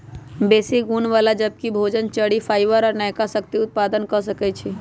बेशी गुण बला जैबिक भोजन, चरि, फाइबर आ नयका शक्ति उत्पादन क सकै छइ